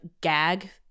gag